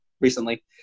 recently